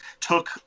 took